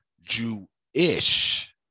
Jew-ish